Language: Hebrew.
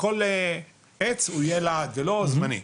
כל עץ הוא יהיה לעד ולא זמני.